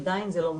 עדיין זה לא מספיק.